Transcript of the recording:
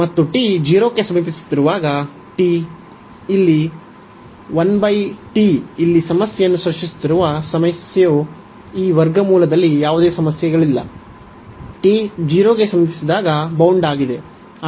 ಮತ್ತು t 0 ಕ್ಕೆ ಸಮೀಪಿಸುತ್ತಿರುವಾಗ ಈ 1 t ಇಲ್ಲಿ ಸಮಸ್ಯೆಯನ್ನು ಸೃಷ್ಟಿಸುತ್ತಿರುವ ಸಮಸ್ಯೆಯು ಈ ವರ್ಗಮೂಲದಲ್ಲಿ ಯಾವುದೇ ಸಮಸ್ಯೆಗಳಿಲ್ಲ t 0 ಗೆ ಸಮೀಪಿಸಿದಾಗ ಬೌಂಡ್ ಆಗಿದೆ